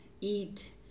eat